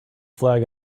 flag